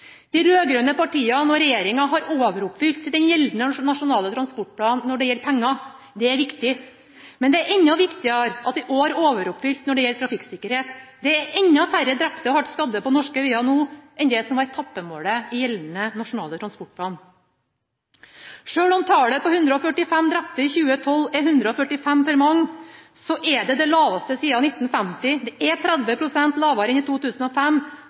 De rød-grønne partiene og regjeringa har overoppfylt gjeldende Nasjonal transportplan når det gjelder penger. Det er viktig, men det er enda viktigere at den i år er overoppfylt når det gjelder trafikksikkerhet. Det er enda færre drepte og hardt skadde på norske veger nå enn det som var etappemålet i gjeldende Nasjonal transportplan. Selv om tallet på 145 drepte i 2012 er 145 for mange, er det det laveste siden 1950. Det er 30 pst. lavere enn i 2005.